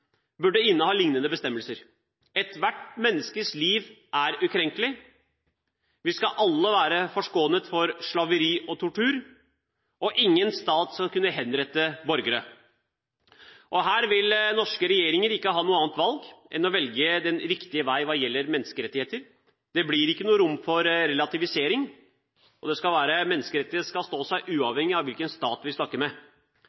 burde ha liknende bestemmelser. Ethvert menneskes liv er ukrenkelig. Vi skal alle være forskånet for slaveri og tortur. Ingen stat skal kunne henrette borgere. Her vil norske regjeringer ikke ha noe annet valg enn å velge den riktige vei hva gjelder menneskerettigheter. Det blir ikke rom for relativisering. Menneskerettighetene skal stå seg